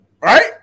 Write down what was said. right